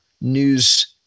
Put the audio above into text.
news